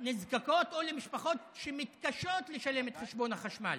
נזקקות או למשפחות שמתקשות לשלם את חשבון החשמל?